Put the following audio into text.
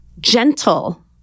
gentle